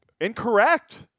Incorrect